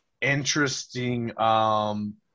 interesting